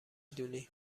دونی